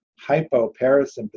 hypo-parasympathetic